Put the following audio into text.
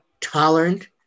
tolerant